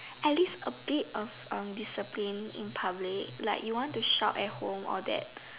at least a bit of um discipline in public like you want to shout at home all that